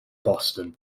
boston